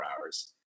hours